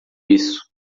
isso